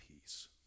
peace